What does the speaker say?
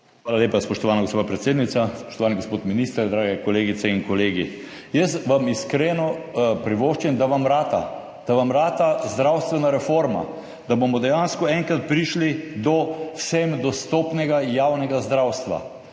Hvala lepa, spoštovana gospa predsednica. Spoštovani gospod minister, drage kolegice in kolegi! Iskreno vam privoščim, da vam rata, da vam rata zdravstvena reforma, da bomo dejansko enkrat prišli do vsem dostopnega javnega zdravstva.